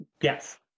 yes